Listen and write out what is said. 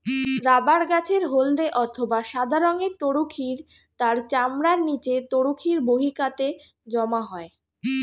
rubber গাছের হল্দে অথবা সাদা রঙের তরুক্ষীর তার চামড়ার নিচে তরুক্ষীর বাহিকাতে জমা হয়